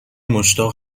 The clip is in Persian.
مشتاق